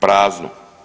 Prazno.